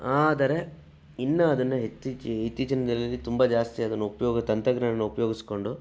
ಆದರೆ ಇನ್ನು ಅದನ್ನು ಹೆಚ್ಚು ಇತ್ತೀಚಿನ ದಿನದಲ್ಲಿ ತುಂಬ ಜಾಸ್ತಿ ಅದನ್ನು ಉಪಯೋಗ ತಂತ್ರಜ್ಞಾನ ಉಪಯೋಗಿಸ್ಕೊಂಡು